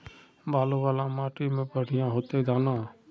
बालू वाला माटी में बढ़िया होते दाना?